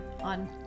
on